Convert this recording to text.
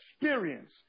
experience